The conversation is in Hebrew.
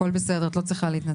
הכל בסדר, את לא צריכה להתנצל.